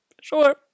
sure